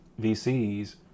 VCs